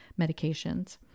medications